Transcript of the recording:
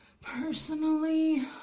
Personally